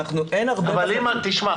תשמע,